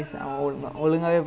oh oh ya ya ya